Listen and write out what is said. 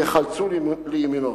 שייחלצו לימינו.